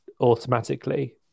automatically